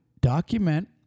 document